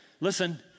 listen